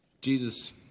Jesus